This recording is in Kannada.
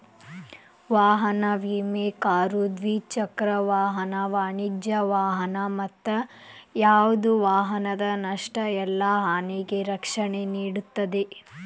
ವಾಹನ ವಿಮೆ ಕಾರು ದ್ವಿಚಕ್ರ ವಾಹನ ವಾಣಿಜ್ಯ ವಾಹನ ಮತ್ತ ಯಾವ್ದ ವಾಹನದ ನಷ್ಟ ಇಲ್ಲಾ ಹಾನಿಗೆ ರಕ್ಷಣೆ ನೇಡುತ್ತದೆ